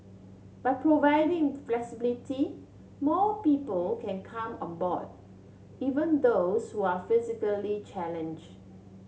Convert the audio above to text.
by providing flexibility more people can come on board even those who are physically challenge